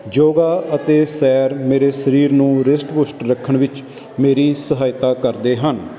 ਯੋਗਾ ਅਤੇ ਸੈਰ ਮੇਰੇ ਸਰੀਰ ਨੂੰ ਰਿਸ਼ਟ ਪੁਸ਼ਟ ਰੱਖਣ ਵਿੱਚ ਮੇਰੀ ਸਹਾਇਤਾ ਕਰਦੇ ਹਨ